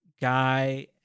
guy